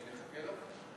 נחכה לו?